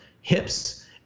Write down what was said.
hips